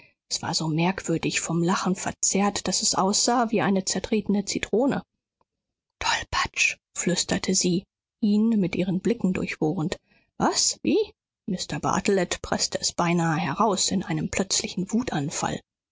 es war so merkwürdig vom lachen verzerrt daß es aussah wie eine zertretene zitrone tollpatsch flüsterte sie ihn mit ihren blicken durchbohrend was wie mr bartelet preßte es beinahe heraus in einem plötzlichen wutanfall